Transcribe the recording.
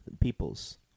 peoples